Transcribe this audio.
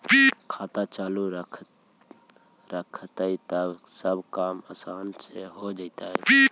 खाता चालु रहतैय तब सब काम आसान से हो जैतैय?